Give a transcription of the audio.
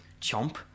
chomp